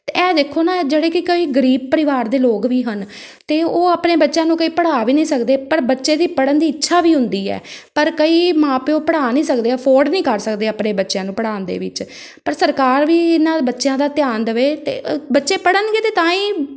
ਇਹ ਦੇਖੋ ਨਾ ਜਿਹੜੇ ਕਿ ਕਈ ਗਰੀਬ ਪਰਿਵਾਰ ਦੇ ਲੋਕ ਵੀ ਹਨ ਅਤੇ ਉਹ ਆਪਣੇ ਬੱਚਿਆਂ ਨੂੰ ਕਈ ਪੜ੍ਹਾ ਵੀ ਨਹੀਂ ਸਕਦੇ ਪਰ ਬੱਚੇ ਦੀ ਪੜ੍ਹਨ ਦੀ ਇੱਛਾ ਵੀ ਹੁੰਦੀ ਹੈ ਪਰ ਕਈ ਮਾਂ ਪਿਉ ਪੜ੍ਹਾ ਨਹੀਂ ਸਕਦੇ ਅਫੋਰਡ ਨਹੀਂ ਕਰ ਸਕਦੇ ਆਪਣੇ ਬੱਚਿਆਂ ਨੂੰ ਪੜ੍ਹਾਉਣ ਦੇ ਵਿੱਚ ਪਰ ਸਰਕਾਰ ਵੀ ਇਹਨਾਂ ਬੱਚਿਆਂ ਦਾ ਧਿਆਨ ਦੇਵੇ ਅਤੇ ਬੱਚੇ ਪੜ੍ਹਨਗੇ ਤਾਂ ਤਾਂ ਹੀ